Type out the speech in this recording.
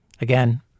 Again